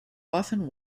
often